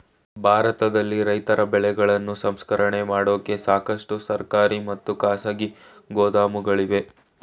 ಭಾರತದಲ್ಲಿ ರೈತರ ಬೆಳೆಗಳನ್ನು ಸಂಸ್ಕರಣೆ ಮಾಡೋಕೆ ಸಾಕಷ್ಟು ಸರ್ಕಾರಿ ಮತ್ತು ಖಾಸಗಿ ಗೋದಾಮುಗಳಿವೆ